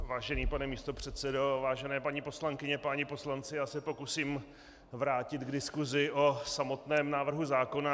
Vážený pane místopředsedo, vážené paní poslankyně, páni poslanci, já se pokusím vrátit k diskusi o samotném návrhu zákona.